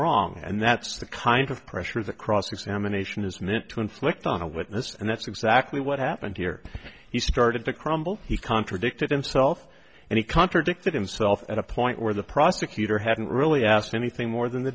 wrong and that's the kind of pressure that cross examination is meant to inflict on a witness and that's exactly what happened here he started to crumble he contradicted himself and he contradicted himself at a point where the prosecutor hadn't really asked anything more than the